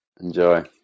Enjoy